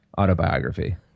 autobiography